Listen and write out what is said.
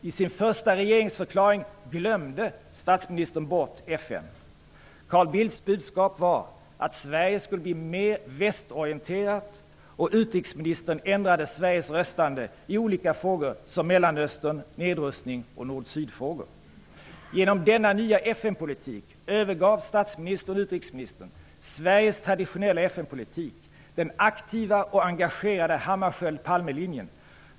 I sin första regeringsförklaring ''glömde'' statsministern bort FN. Carl Bildts budskap var att Sverige skulle bli mer västorienterat. Utrikesministern ändrade Sveriges röstande i olika frågor som Mellanöstern, nedrustning och nord-sydfrågor. Genom denna nya FN-politik övergav statsministern och utrikesministern Sveriges traditionella FN-politik, den aktiva och engagerade Hammarskjöld-Palmelinjen.